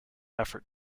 effort